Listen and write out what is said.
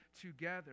together